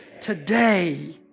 today